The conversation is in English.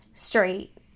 straight